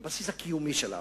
בבסיס הקיומי שלנו.